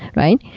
right?